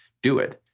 do it,